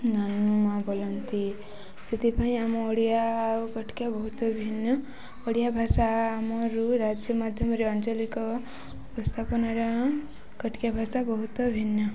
ନାନା ବୋଲନ୍ତି ସେଥିପାଇଁ ଆମ ଓଡ଼ିଆ ଆଉ କଟିକିଆ ବହୁତ ଭିନ୍ନ ଓଡ଼ିଆ ଭାଷା ଆମର ରାଜ୍ୟ ମାଧ୍ୟମରେ ଆଞ୍ଚଲିକ ଉପସ୍ଥାପନର କଟିକିଆ ଭାଷା ବହୁତ ଭିନ୍ନ